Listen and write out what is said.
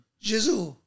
Jesus